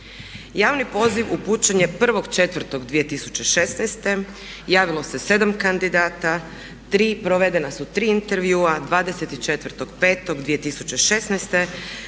Javni poziv upućen je 1.4.2016., javilo se 7 kandidata, provedena su tri intervjua 24.5.2016.